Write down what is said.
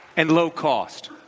and low cost.